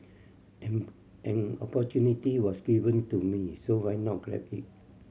an an opportunity was given to me so why not grab it